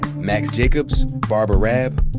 max jacobs, barbara raab,